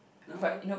no